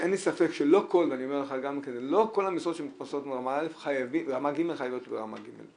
אין לי ספק שלא כל המשרות שמתפרסמות ברמה ג' חייבות להיות ברמה ג'.